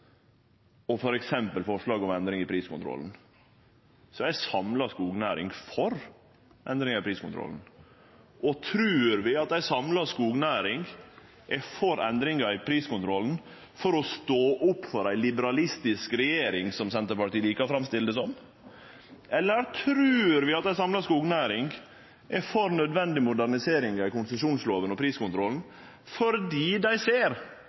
eller andre forslag som gjev større fleksibilitet for den private grunneigaren. Men mens Per Olaf Lundteigen no tornar frå talarstolen i kjend stil, knytt til utfordringar i skognæringa og f.eks. forslaget om endring i priskontrollen, så er ei samla skognæring for endringar i priskontrollen. Og trur vi at ei samla skognæring er for endringar i priskontrollen for å slå eit slag for ei liberalistisk regjering, som Senterpartiet likar å framstille